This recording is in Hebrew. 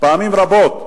פעמים רבות,